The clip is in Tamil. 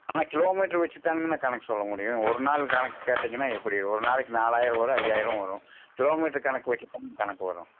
அண்ணா கிலோமீட்ரு வச்சு தானுங்கண்ணா கணக்கு சொல்ல முடியும் ஒரு நாள் கணக்கு கேட்டீங்கன்னால் எப்படி ஒரு நாளைக்கு நாலாயிரம் வரும் ஐயாயிரம் வரும் கிலோமீட்ரு கணக்கு வச்சு தாங்க கணக்கு வரும்